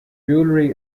jewelry